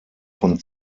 von